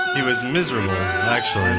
he was miserable actually.